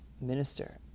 minister